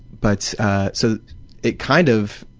but so it kind of,